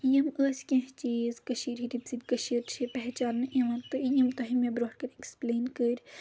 یِم ٲسۍ کینٛہہ چیٖز کٔشیٖر ہِنٛدۍ ییٚمہِ سۭتۍ کٔشیٖر چھِ پہچاننہٕ یِوان تہٕ یِم تۄہہِ مےٚ برونٛٹھ کر ایٚکٕسپٕلین کٔرۍ